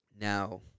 Now